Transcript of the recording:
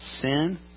sin